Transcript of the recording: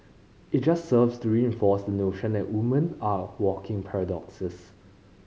it just serves to reinforce the notion that woman are walking paradoxes